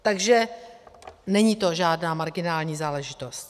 Takže není to žádná marginální záležitost.